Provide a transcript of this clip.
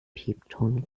piepton